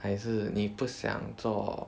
还是你不想做